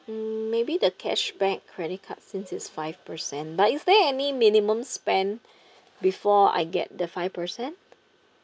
hmm maybe the cashback credit card since is five percent but is there any minimum spend before I get the five percent